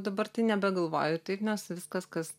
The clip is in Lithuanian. dabar tai nebegalvoju taip nes viskas kas